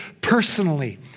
personally